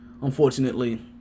unfortunately